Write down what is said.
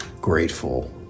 grateful